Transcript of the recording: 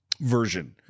Version